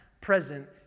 present